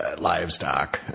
livestock